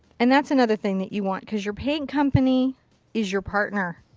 and that is another thing that you want. because your paint company is your partner.